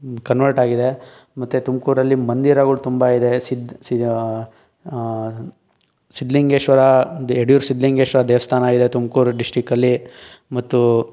ಕನ್ವರ್ಟಾಗಿದೆ ಮತ್ತು ತುಮಕೂರಲ್ಲಿ ಮಂದಿರಗಳು ತುಂಬ ಇದೆ ಸಿದ್ದ ಸಿದ್ಧಲಿಂಗೇಶ್ವರ ಯಡಿಯೂರು ಸಿದ್ಧಲಿಂಗೇಶ್ವರ ದೇವಸ್ಥಾನ ಇದೆ ತುಮಕೂರು ಡಿಸ್ಟಿಕಲ್ಲಿ ಮತ್ತು